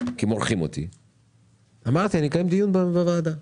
לכן אמרתי שאקיים דיון בוועדה.